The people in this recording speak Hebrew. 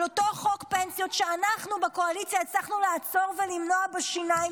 על אותו חוק שאנחנו בקואליציה הצלחנו לעצור ולמנוע בשיניים,